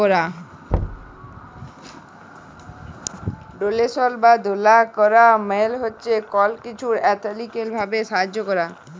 ডোলেশল বা দেলা ক্যরা মালে হছে কল কিছুর অথ্থলৈতিক ভাবে সাহায্য ক্যরা